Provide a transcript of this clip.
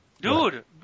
Dude